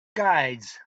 guides